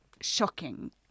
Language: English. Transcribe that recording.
shocking